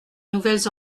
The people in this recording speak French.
nouvelles